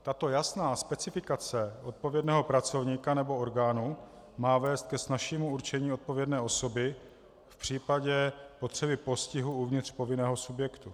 Tato jasná specifikace odpovědného pracovníka nebo orgánu má vést ke snazšímu určení odpovědné osoby v případě postihu uvnitř povinného subjektu.